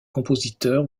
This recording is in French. compositeur